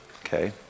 okay